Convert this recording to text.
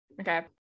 Okay